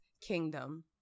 kingdom